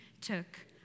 took